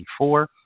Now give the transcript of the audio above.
24